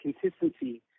consistency